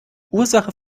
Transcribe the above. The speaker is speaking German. ursache